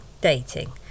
dating